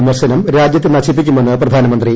വിമർശനം രാജ്യത്തെ നശിപ്പിക്കുമെന്ന് പ്രധാനമന്ത്രി